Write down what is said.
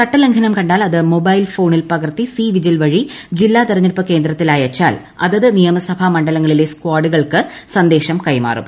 ച്ട്ടലംഘനം കണ്ടാൽ അത് മൊബൈൽഫോണിൽ പ്പകർത്തി സി വിജിൽ വഴി ജില്ലാ തെരഞ്ഞെടുപ്പ് കേന്ദ്രത്തിൽ അയച്ചാൽ അതത് നിയമസഭാ മണ്ഡലങ്ങളിലെ സ്കാഡുകൾക്ക് സന്ദേശം കൈമാറും